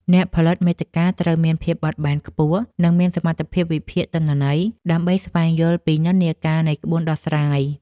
អ្នកផលិតមាតិកាត្រូវមានភាពបត់បែនខ្ពស់ និងមានសមត្ថភាពវិភាគទិន្នន័យ ដើម្បីស្វែងយល់ពីនិន្នាការនៃក្បួនដោះស្រាយ។